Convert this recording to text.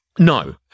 No